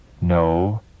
No